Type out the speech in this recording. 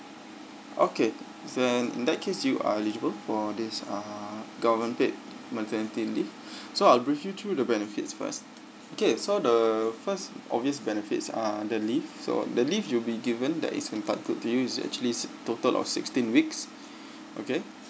okay so then in that case you are eligible for this uh government paid maternity leave so I'll brief you through the benefits first okay so the first obvious benefits are the leaves so the leave you'll be given that is in part to to use is actually total of sixteen weeks okay